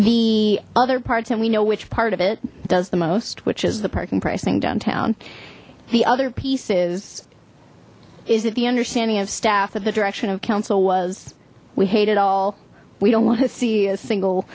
the other parts and we know which part of it does the most which is the parking pricing downtown the other pieces is that the understanding of staff that the direction of council was we hate it all we don't want to see a single